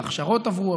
וההכשרות עברו,